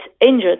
injured